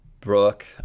Brooke